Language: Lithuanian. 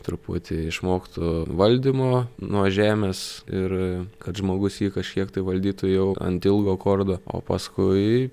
truputį išmoktų valdymo nuo žemės ir kad žmogus jį kažkiek tai valdytų jau ant ilgo kordo o paskui